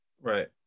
Right